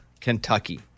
Kentucky